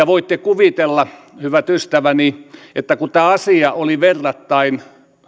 voitte kuvitella hyvät ystäväni että kun tämä asia oli verrattain